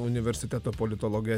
universiteto politologe